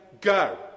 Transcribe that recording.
go